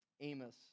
Amos